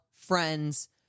friends